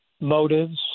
motives